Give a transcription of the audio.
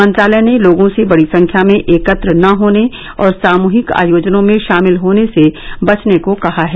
मंत्रालय ने लोगों से बड़ी संख्या में एकत्र न होने और सामूहिक आयोजनों में शामिल होने से बचने को कहा है